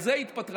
על זה היא התפטרה,